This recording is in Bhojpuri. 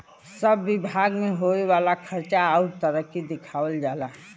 सब बिभाग मे होए वाला खर्वा अउर तरक्की दिखावल जाला